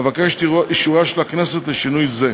אבקש את אישורה של הכנסת לשינוי זה.